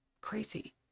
Crazy